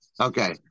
Okay